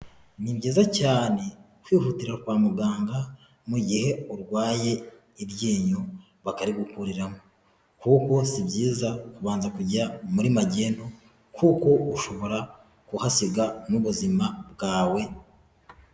Ni byiza cyane kwihutira kwa muganga mu gihe urwaye iryinyo bakarigukuriramo sibyiza kubanza kujya muri magendu kuko ushobora kuhasiga n'ubuzima bwawe.